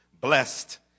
Blessed